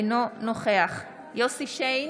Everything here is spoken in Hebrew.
אינו נוכח יוסף שיין,